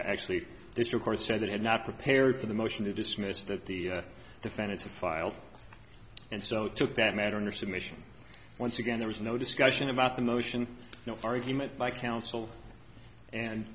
actually this report said it had not prepared for the motion to dismiss that the defendants have filed and so took that matter under submission once again there was no discussion about the motion no argument by counsel and